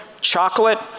chocolate